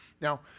Now